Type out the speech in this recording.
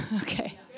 Okay